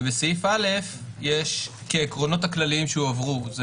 ובסעיף א יש כעקרונות הכללים שהועברו.